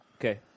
Okay